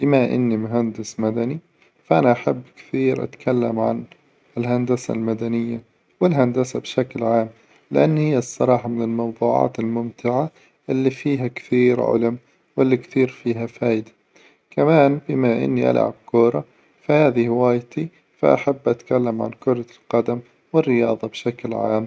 بما إني مهندس مدني فأنا أحب كثير أتكلم عن الهندسة المدنية والهندسة بشكل عام، لأن هي الصراحة من الموظوعات الممتعة إللي فيها كثير علم، وإللي كثير فيها فايدة، كمان بما إني ألعب كورة فهذي هوايتي فأحب أتكلم عن كرة القدم والرياظة بشكل عام.